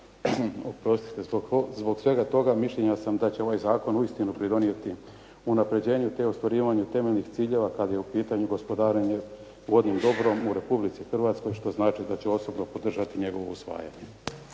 Zbog svega toga mišljenja sam da će ovaj zakon uistinu pridonijeti unapređenju, te ostvarivanju temeljnih ciljeva kada je u pitanju gospodarenje vodnim dobrom u Republici Hrvatskoj što znači da ću osobno podržati njegovo usvajanje.